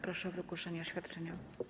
Proszę o wygłoszenie oświadczenia.